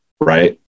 right